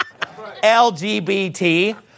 LGBT